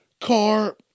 Car